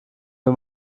wir